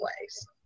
ways